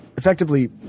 effectively